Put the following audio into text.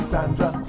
Sandra